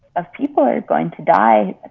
of people are going to die.